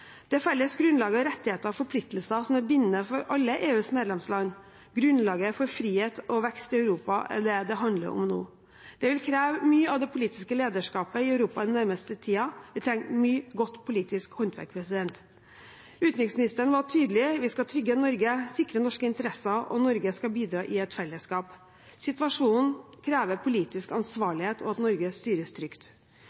Det felles grunnlaget av rettigheter og forpliktelser som er bindende for alle EUs medlemsland, grunnlaget for frihet og vekst i Europa, er det det handler om nå. Det vil kreve mye av det politiske lederskapet i Europa den nærmeste tiden. Vi trenger mye godt politisk håndverk. Utenriksministeren var tydelig. Vi skal trygge Norge, sikre norske interesser, og Norge skal bidra i et fellesskap. Situasjonen krever politisk